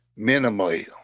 minimally